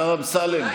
השר אמסלם,